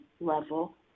level